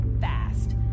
fast